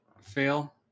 fail